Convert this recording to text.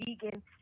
vegan